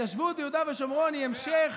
ההתיישבות ביהודה ושומרון היא המשך